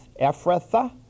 Ephratha